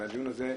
מהדיון הזה,